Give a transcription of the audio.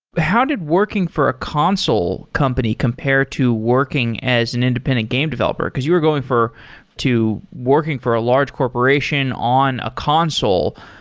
how did working for a console company compared to working as an independent game developer? because you were going for to working for a large corporation on a console,